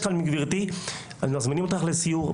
גברתי, אנחנו מזמינים אותך לסיור.